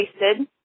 wasted